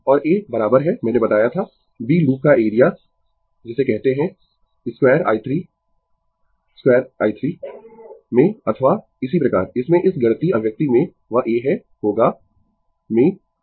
और A बराबर है मैंने बताया था l b लूप का एरिया जिसे कहते है 2i 3 2i 3 में अथवा इसी प्रकार इसमें इस गणितीय अभिव्यक्ति में वह a है होगा i 3 2i 3 i 3 2 में ठीक है